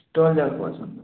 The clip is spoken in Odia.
ଷ୍ଟଲ୍ ଜାଗାକୁ ଆସନ୍ତୁ